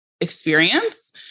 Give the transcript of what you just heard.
experience